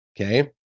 okay